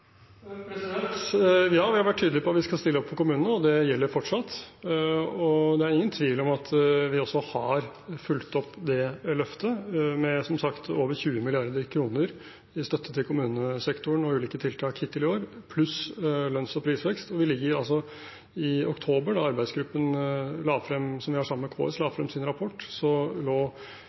Ja, vi har vært tydelige på at vi skal stille opp for kommunene, og det gjelder fortsatt. Det er ingen tvil om at vi, som sagt, har fulgt opp det løftet med over 20 mrd. kr i støtte til kommunesektoren og ulike tiltak hittil i år, pluss lønns- og prisvekst. I oktober, da arbeidsgruppen vi har sammen med KS, la frem sin rapport, lå